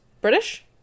British